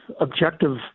objective